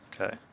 okay